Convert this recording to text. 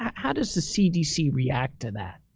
how does the cdc react to that?